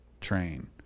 train